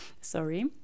sorry